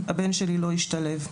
הבן שלי לא השתלב.